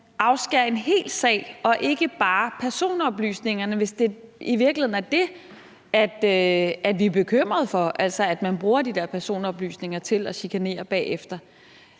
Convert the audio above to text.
i en hel sag og ikke bare personoplysningerne, hvis det, vi i virkeligheden er bekymret for, er, at man bruger de her personoplysninger til at chikanere folk bagefter.